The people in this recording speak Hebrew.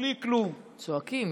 בלי כלום צועקים,